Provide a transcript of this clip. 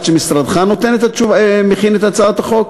עד שמשרדך מכין את הצעת החוק?